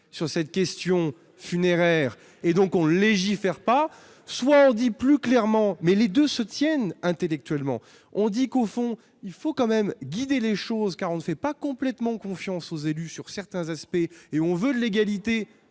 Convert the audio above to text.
sur cette question funéraire et donc on ne légifère pas, soit on dit plus clairement, mais les 2 se tiennent, intellectuellement, on dit qu'au fond, il faut quand même guidé les choses car on ne fait pas complètement confiance aux élus sur certains aspects et on veut l'égalité